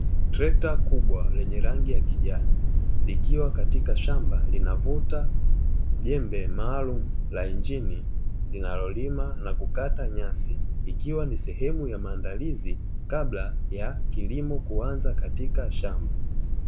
Trekta kubwa lenye rangi ya kijani likiwa katika shamba linavuta jembe maalumu la injini, linalolima na kukata nyasi ikiwa ni sehemu ya maandalizi kabla ya kilimo kuanza katika shamba.